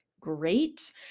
great